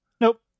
Nope